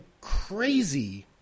crazy